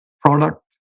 product